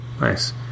Nice